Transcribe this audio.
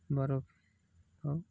ବରଫ ଆଉ